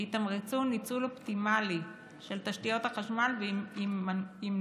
שיתמרצו ניצול אופטימלי של תשתיות החשמל וימנעו